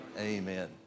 Amen